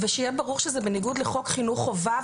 ושזה יהיה ברור שזה בניגוד לחוק חינוך חובה,